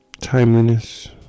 Timeliness